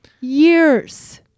years